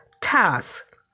task